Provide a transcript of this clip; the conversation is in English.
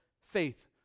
faith